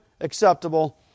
acceptable